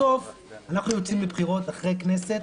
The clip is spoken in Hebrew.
בסוף אנחנו יוצאים לבחירות אחרי כנסת